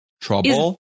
Trouble